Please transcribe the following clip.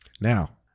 now